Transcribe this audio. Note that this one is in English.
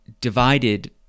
divided